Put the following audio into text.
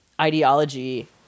ideology